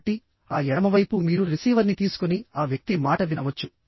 కాబట్టిఆ ఎడమ వైపు మీరు రిసీవర్ని తీసుకొని ఆ వ్యక్తి మాట వినవచ్చు